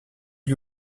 que